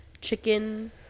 chicken